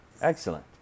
excellent